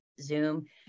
Zoom